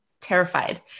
terrified